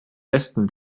westen